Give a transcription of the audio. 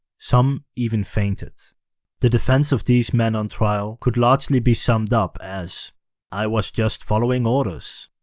some even fainted the defence of the men on trial could largely be summed up as i was just following orders.